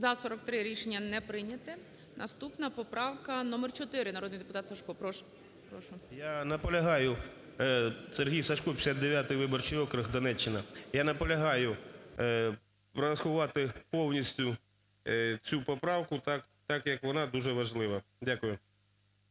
За-43 Рішення не прийнято. Наступна поправка номер 4, народний депутат Сажко. Прошу. 12:50:11 САЖКО С.М. Я наполягаю… Сергій Сажко, 59 виборчий округ Донеччина. Я наполягаю врахувати повністю цю поправку, так як вона дуже важлива. Дякую.